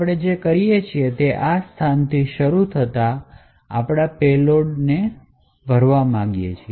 આપણે જે કરીએ છીએ તે આ સ્થાનથી શરૂ થતાં અમારા પેલોડ્સ ભરવા માંગીએ છીએ